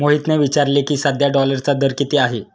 मोहितने विचारले की, सध्या डॉलरचा दर किती आहे?